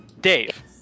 Dave